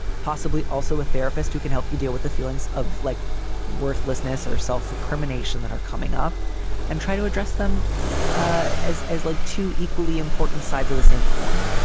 possibly also a therapist who can help you deal with the feelings of like worthlessness or self-recrimination that are coming up and try to address them ah as as like two equally important sides of the same coin